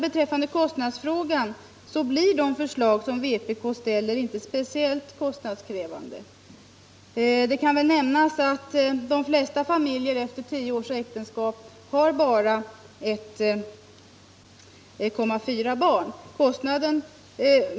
Vpk:s krav skulle inte bli särskilt kostnadskrävande. De flesta familjer har efter 10 års äktenskap bara 1,4 barn.